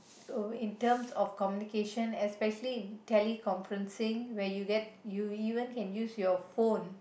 in terms of communication especially in teleconferencing where you get you you even get to use your phone